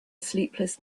sleepless